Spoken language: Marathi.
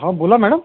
हा बोला मॅडम